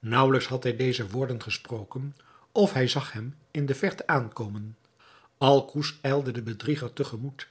naauwelijks had hij deze woorden gesproken of hij zag hem in de verte aankomen alcouz ijlde den bedrieger te gemoet